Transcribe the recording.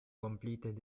completed